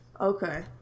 Okay